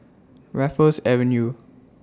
Raffles Avenue